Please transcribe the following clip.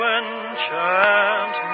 enchant